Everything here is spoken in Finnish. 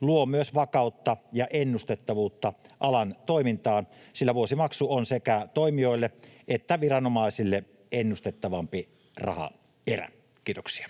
luo myös vakautta ja ennustettavuutta alan toimintaan, sillä vuosimaksu on sekä toimijoille että viranomaisille ennustettavampi rahaerä. — Kiitoksia.